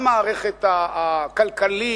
למערכת הכלכלית,